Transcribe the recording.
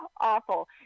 awful